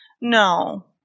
No